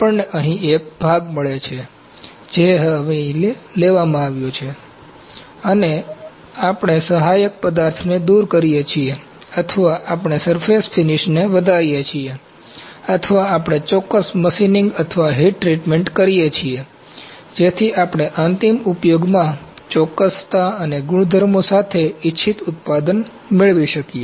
આપણને અહીં એક ભાગ મળે છે જે હવે અહીં લેવામાં આવ્યો છે અને અમે સહાયક પદાર્થને દૂર કરીએ છીએ અથવા આપણેસરફેસ ફિનિશ ને વધારીએ છીએ અથવા આપણે ચોક્કસ મશિનિંગ અથવા હીટ ટ્રીટમેન્ટ કરીએ છીએ જેથી આપણે અંતિમ ઉપયોગમાં ચોક્કસતા અને ગુણધર્મો સાથે ઇચ્છિત ઉત્પાદન મેળવી શકીએ